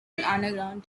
underground